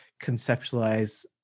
conceptualize